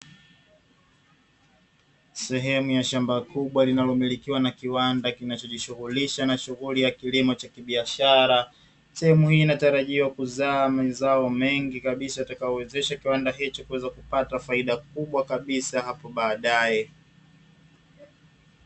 Sehemu ya shamba kubwa linalomilikiwa na kiwanda kinachojishughulisha na shughuli ya kilimo cha kibiashara. Sehemu hii inatalajia kuzaa mazao mengi kabsa yatakayowezesha kiwanda hicho kuweza kupata faida kubwa kabisa hapo baadae.